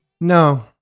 No